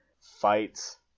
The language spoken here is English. fights